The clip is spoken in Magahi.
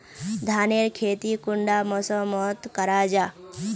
धानेर खेती कुंडा मौसम मोत करा जा?